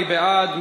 מי בעד?